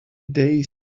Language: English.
days